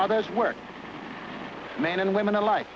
others work men and women alike